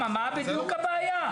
מה בדיוק הבעיה?